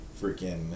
freaking